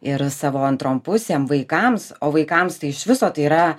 ir savo antrom pusėm vaikams o vaikams tai iš viso tai yra